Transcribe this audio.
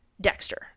Dexter